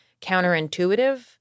counterintuitive